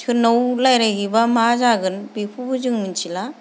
सोरनाव रायज्लायहैब्ला मा जागोन बेखौबो जों मिथिला